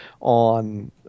on –